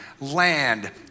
land